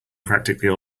practically